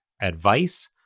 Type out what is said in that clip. advice